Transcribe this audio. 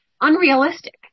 unrealistic